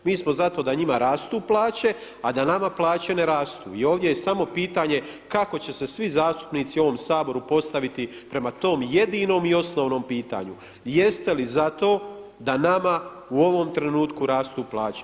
Mi smo za to da njima rastu plaće, a da nama plaće ne rastu i ovdje je samo pitanje kako će se svi zastupnici u ovom Saboru postaviti prema tom jedinom i osnovnom pitanju, jeste li za to da nama u ovom trenutku rastu plaće?